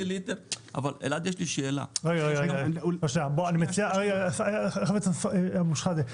יש לי שאלה -- חבר הכנסת אבו-שחאדה,